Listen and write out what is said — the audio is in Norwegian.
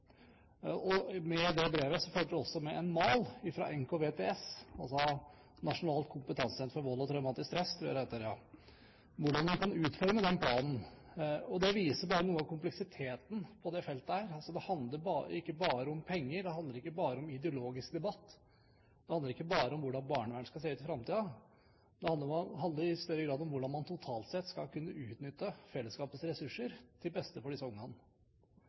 Med det brevet fulgte det også med en mal fra NKVTS – Nasjonalt kunnskapssenter om vold og traumatisk stress, tror jeg det heter – om hvordan man kan utforme den planen. Det viser noe av kompleksiteten på dette feltet. Det handler ikke bare om penger, det handler ikke bare om ideologisk debatt, det handler ikke bare om hvordan barnevernet skal se ut i framtiden. Det handler i større grad om hvordan man totalt sett skal kunne utnytte fellesskapets ressurser til beste for disse ungene.